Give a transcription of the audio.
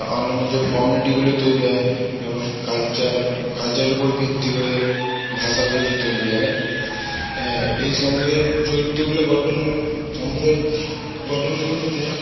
অন্যান্য যে কমিউনিটিগুলো তৈরি হয় যেমন কালচার কালচারের উপর ভিত্তি করে ভাষাগুলো যে তৈরি হয় হ্যাঁ এই সম্প্রদায়ের চরিত্রগুলো গঠনের সম্পদায় গঠনের ক্ষেত্রে